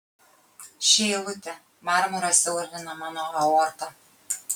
ši eilutė marmuras siaurina mano aortą